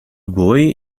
boy